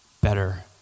better